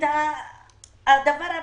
בדבר הבסיסי.